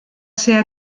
ser